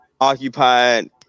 occupied